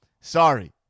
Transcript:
sorry